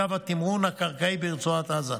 אגב התמרון הקרקעי ברצועת עזה.